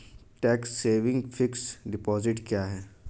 Tax saving fixed deposit क्या है?